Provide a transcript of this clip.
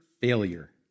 failure